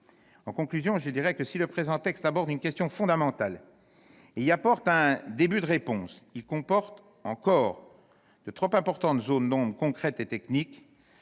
conclure, si le présent texte aborde une question fondamentale et y apporte un début de réponse, il comporte encore de trop importantes zones d'ombre concrètes et techniques.